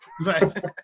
Right